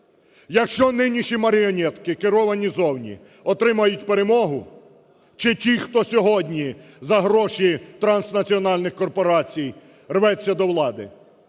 Якщо нинішні маріонетки, керовані ззовні, отримають перемогу чи ті, хто сьогодні за гроші транснаціональних корпорацій рветься до влади,